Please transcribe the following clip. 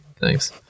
Thanks